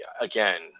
again